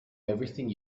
everything